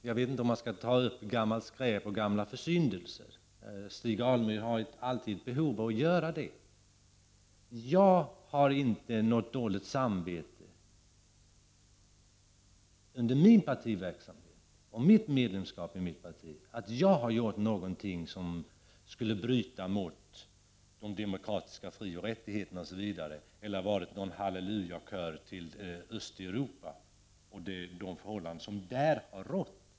Jag vet inte om man skall ta upp gammalt skräp och gamla försyndelser, även om Stig Alemyr alltid har ett behov av att göra det. Jag har inte något dåligt samvete för att jag, under min partiverksamhet och mitt medlemskap i mitt parti, har gjort någonting som skulle bryta mot de demokratiska frioch rättigheterna eller deltagit i någon hallelujakör för Östeuropa och de förhållanden som där har rått.